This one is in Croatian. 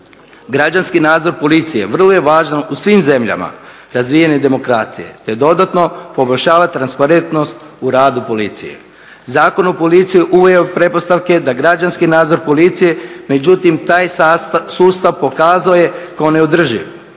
Građanski nadzor policije vrlo je važan u svim zemljama razvijene demokracije, te dodatno poboljšava transparentnost u radu policije. Zakon o policiji uveo je pretpostavke da građanski nadzor policije međutim taj sustav pokazao je kao neodrživ.